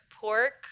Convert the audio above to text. pork